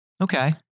Okay